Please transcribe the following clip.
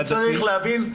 צריך להבין,